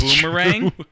boomerang